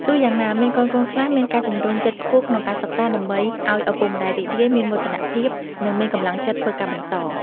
ទោះយ៉ាងណា មានកូនៗខ្លះមានការជម្រុញចិត្តខ្ពស់ក្នុងការសិក្សា ដើម្បីឲ្យឪពុកម្តាយរីករាយ មានមោទនភាព និងមានកម្លាំងចិត្តធ្វើការបន្ត។